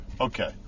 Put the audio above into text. Okay